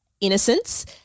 innocence